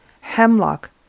Hemlock